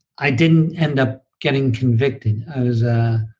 i didn't end up getting convicted.